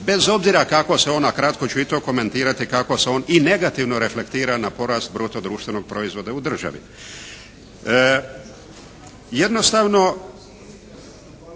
bez obzira kako se ona kratko ću i to komentirati, kako se on i negativno reflektira na porast bruto društvenog proizvoda u državi.